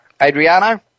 Adriano